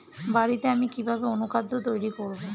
বাড়িতে আমি কিভাবে অনুখাদ্য তৈরি করব?